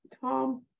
Tom